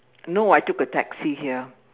no I took a taxi here